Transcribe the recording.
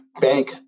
bank